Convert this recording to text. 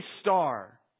star